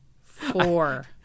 Four